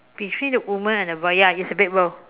between the woman and boy ya it's a big roll